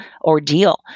ordeal